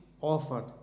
offered